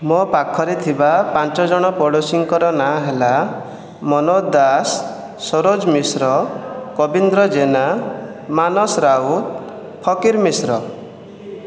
ମୋ' ପାଖରେ ଥିବା ପାଞ୍ଚ ଜଣ ପଡ଼ୋଶୀଙ୍କର ନାଁ ହେଲା ମନୋଜ ଦାସ ସରୋଜ ମିଶ୍ର କବୀନ୍ଦ୍ର ଜେନା ମାନସ ରାଉତ ଫକୀର ମିଶ୍ର